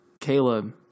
Caleb